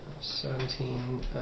seventeen